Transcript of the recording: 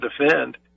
defend